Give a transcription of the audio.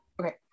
Okay